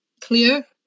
clear